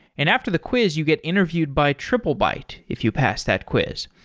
and after the quiz you get interviewed by triplebyte if you pass that quiz.